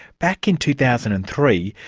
back in two thousand and three,